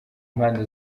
mpande